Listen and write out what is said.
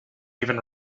even